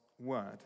word